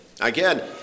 Again